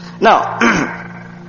Now